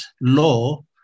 law